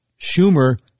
Schumer